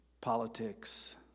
politics